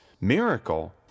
miracle